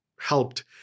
helped